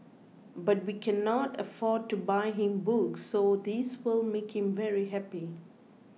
but we cannot afford to buy him books so this will make him very happy